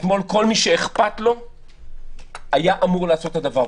אתמול כל מי שאכפת לו היה אמור לעשות את הדבר.